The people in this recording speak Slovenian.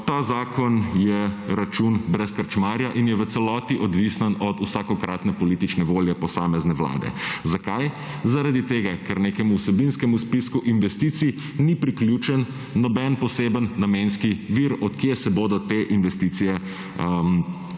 ta zakon je račun brez krčmarja in je v celoti odvisen od vsakokratne politične volje posamezne vlade. Zakaj? Zaradi tega, ker nekemu vsebinskemu spisku investicij ni priključen noben poseben namenski vir, od kje se bodo te investicije